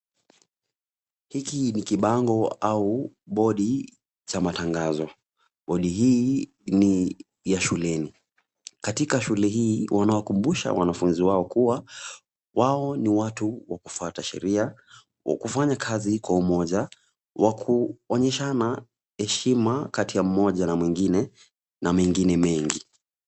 Hiki ni kibango au bodi cha matangazo ,bodi hii ni ya shuleni ,katika shule hii wanawakumbusha wanafunzi wao kuwa wao ni watu wa kufuata sheria ,wa kufanya kazi kwa umoja, wa kuonyeshana heshima kati ya mmoja na mwingine na mengine mengi.